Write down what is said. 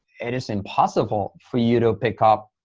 it is impossible for you to pick up.